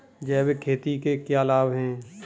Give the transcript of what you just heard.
जैविक खेती के क्या लाभ हैं?